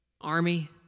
army